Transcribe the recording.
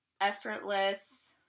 effortless